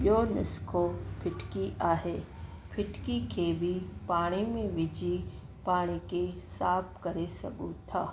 ॿियो नुस्खो फिटिकी आहे फिटिकी खे बि पाणी में विझी पाणी साफु करे सघूं था